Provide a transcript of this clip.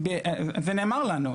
נאמר לנו,